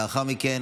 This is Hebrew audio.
לאחר ההצבעות